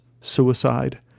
suicide